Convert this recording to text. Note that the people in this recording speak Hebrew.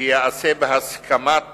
שייעשה בהסכמת